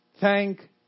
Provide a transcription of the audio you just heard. thank